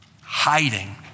hiding